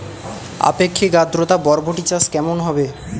আপেক্ষিক আদ্রতা বরবটি চাষ কেমন হবে?